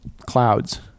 clouds